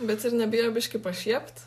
bet ir nebijo biškį pašiept